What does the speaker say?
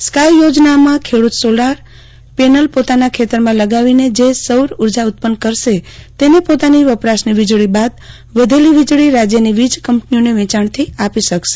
sky યોજનામાં ખેડુત solar panel પોતાના ખેતરમાં લગાવીને જે સૌર ઉર્જા ઉત્પન્ન કરશે તેને પોતાની વપરાશની વિજળી બાદ વધેલી વિજળી રાજ્યની વીજ કંપનીઓને વેચાલથી આપશે